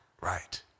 right